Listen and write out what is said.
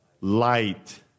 light